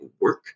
work